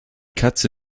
katze